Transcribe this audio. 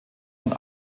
und